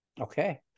Okay